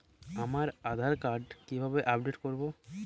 আমার আধার কার্ড কিভাবে আপডেট করব?